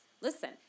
Listen